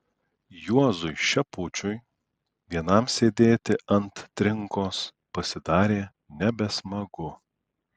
juozui šepučiui vienam sėdėti ant trinkos pasidarė nebesmagu